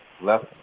Left